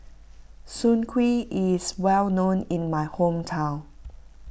Soon Kuih is well known in my hometown